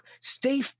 stay